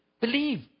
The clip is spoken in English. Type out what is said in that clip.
Believe